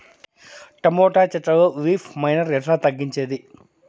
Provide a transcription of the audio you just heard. Tomato చెట్లల్లో leaf miner ఎట్లా తగ్గించేది?